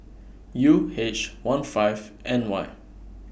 U H one five N Y